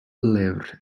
lyfr